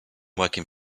working